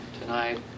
tonight